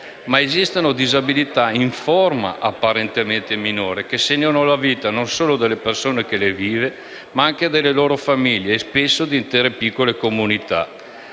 tuttavia disabilità, in forma apparentemente minore, che segnano la vita non solo delle persone che le vivono, ma anche delle loro famiglie e, spesso, di intere piccole comunità.